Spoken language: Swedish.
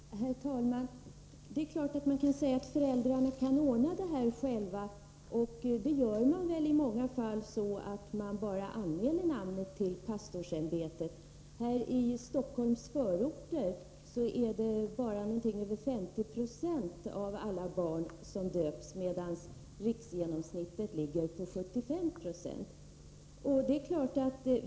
Herr talman! Det är klart att man kan säga att föräldrarna kan ordna detta själva. Det gör de väl också i många fall så, att de bara anmäler namnet till pastorsämbetet. I Stockholms förorter är det bara något över 50 96 av alla barn som döps, medan riksgenomsnittet ligger på 75 90.